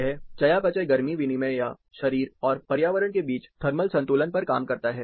यह चयापचय गर्मी विनिमय या शरीर और पर्यावरण के बीच थर्मल संतुलन पर काम करता है